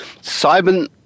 Simon